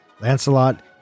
Lancelot